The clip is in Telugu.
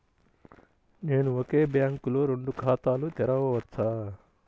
నేను ఒకే బ్యాంకులో రెండు ఖాతాలు తెరవవచ్చా?